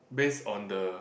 based on the